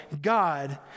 God